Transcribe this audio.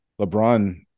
LeBron